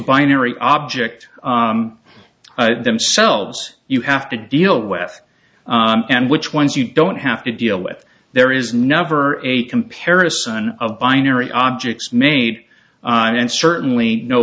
binary object themselves you have to deal with and which ones you don't have to deal with there is never a comparison of binary objects made and certainly no